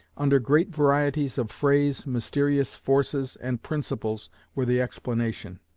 under great varieties of phrase, mysterious forces and principles were the explanation,